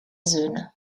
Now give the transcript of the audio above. söhne